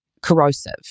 corrosive